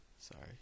Sorry